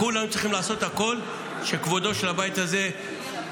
כולנו צריכים לעשות הכול שכבודו של הבית הזה -- יישמר.